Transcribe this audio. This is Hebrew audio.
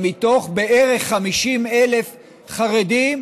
הם מתוך בערך 50,000 חרדים